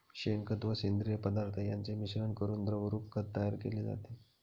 शेणखत व सेंद्रिय पदार्थ यांचे मिश्रण करून द्रवरूप खत तयार केले जाते